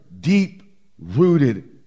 deep-rooted